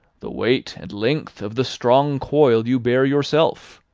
the weight and length of the strong coil you bear yourself?